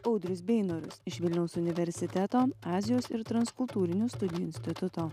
audrius beinorius iš vilniaus universiteto azijos ir transkultūrinių studijų instituto